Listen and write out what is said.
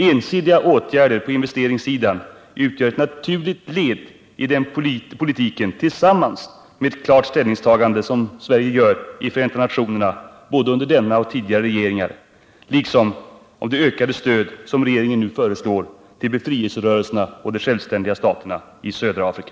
Unilaterala åtgärder på investeringssidan utgör ett naturligt led i den politiken — tillsammans med ett klart ställningstagande av Sverige i Förenta nationerna, under både denna och tidigare regeringar, och det ökade stöd som regeringen föreslår till befrielserörelserna och de självständiga staterna i södra Afrika.